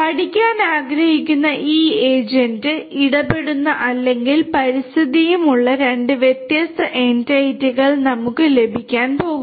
പഠിക്കാൻ ആഗ്രഹിക്കുന്ന ഈ ഏജന്റും ഈ ഏജന്റ് ഇടപെടുന്ന അല്ലെങ്കിൽ പരിതസ്ഥിതിയും ഉള്ള രണ്ട് വ്യത്യസ്ത എന്റിറ്റികൾ നമുക്ക് ലഭിക്കാൻ പോകുന്നു